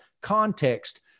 context